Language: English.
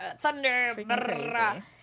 thunder